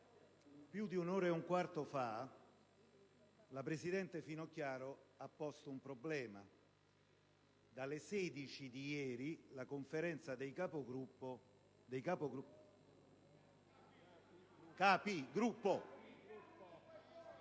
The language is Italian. più di un'ora e un quarto fa la presidente Finocchiaro ha posto un problema. Dalle 16 di ieri la Conferenza dei Capigruppo ha chiesto